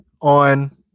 On